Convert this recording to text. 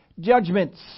judgments